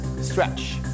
stretch